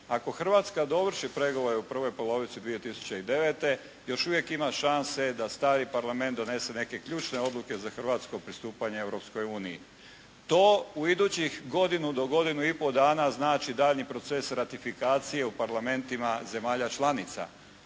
ako Hrvatska dovrši pregovore u prvoj polovici 2009. još uvijek ima šanse da stari Parlament donese neke ključne odluke za Hrvatsku o pristupanju Europskoj uniji. To u idućih godinu do godinu i po dana znači daljnji proces ratifikacije u parlamentima zemalja članica.